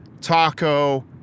taco